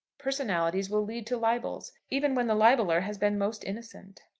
personalities will lead to libels even when the libeller has been most innocent.